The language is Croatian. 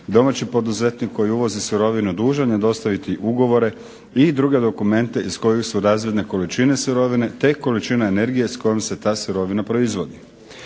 domaći poduzetnik koji uvozi sirovinu dužan je dostaviti ugovore i druge dokumente iz kojih su razvidne količine sirovine te količine energije s kojima se ta količina proizvodi.